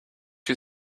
you